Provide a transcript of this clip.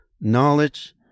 knowledge